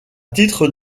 titre